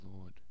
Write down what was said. Lord